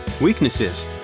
weaknesses